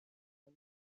کنی